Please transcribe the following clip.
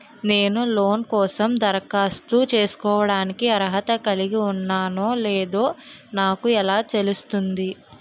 నేను లోన్ కోసం దరఖాస్తు చేసుకోవడానికి అర్హత కలిగి ఉన్నానో లేదో నాకు ఎలా తెలుస్తుంది?